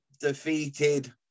defeated